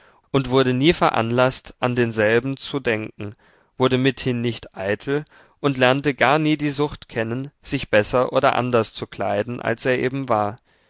und wurde nie veranlaßt an denselben zu denken wurde mithin nicht eitel und lernte gar nie die sucht kennen sich besser oder anders zu kleiden als er eben war